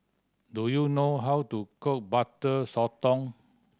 do you know how to cook Butter Sotong